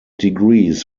degrees